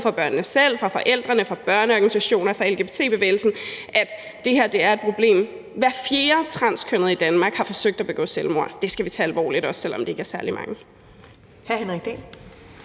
fra børnene selv, fra forældrene, fra børneorganisationer, fra lgbt-bevægelsen, at det her er et problem. Hver fjerde transkønnede i Danmark har forsøgt at begå selvmord. Det skal vi tage alvorligt, også selv om det ikke er særlig mange.